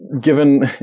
given